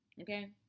okay